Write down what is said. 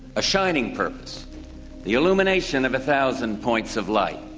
a shining purpose the illumination of a thousand points of light.